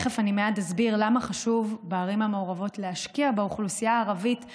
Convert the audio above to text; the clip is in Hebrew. טוב, אז אני מייד אשיב על השאלות שהפנו